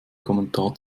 kommentar